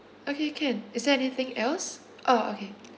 okay can is there anything else oh okay